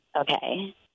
okay